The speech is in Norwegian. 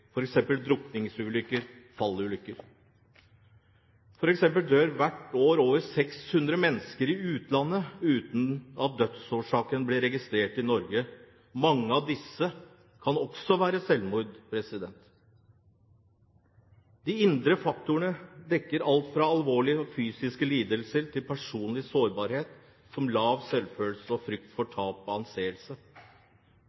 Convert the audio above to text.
drukningsulykker og fallulykker, og hvert år dør over 600 mennesker i utlandet uten at dødsårsaken blir registrert i Norge. Mange av disse kan også være selvmord. De indre faktorene dekker alt fra alvorlig psykisk lidelse til personlig sårbarhet, som lav selvfølelse og frykt for